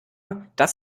das